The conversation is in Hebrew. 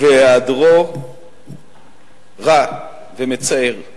והיעדרו רע ומצער.